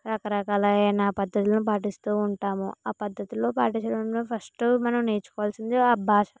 రకరకాలైన పద్ధతులను పాటిస్తు ఉంటాము ఆ పద్ధుతులో పాటించడంలో ఫస్ట్ మనం నేర్చుకోవాల్సింది ఆ భాష